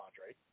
Andre